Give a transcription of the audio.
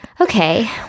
okay